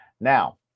Now